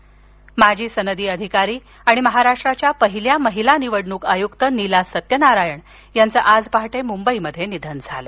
निधन माजी सनदी अधिकारी आणि महाराष्ट्राच्या पहिल्या महिला निवडणूक आयुक्त नीला सत्यनारायण याचं आज पहाटे मुंबईत निधन झालं